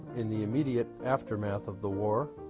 in the immediate aftermath of the war,